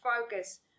focus